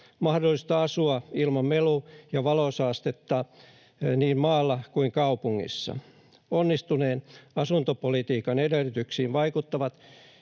mahdollisuutta asua ilman melu- ja valosaastetta niin maalla kuin kaupungissa. Onnistuneen asuntopolitiikan edellytyksiin vaikuttavat